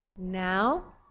Now